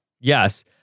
Yes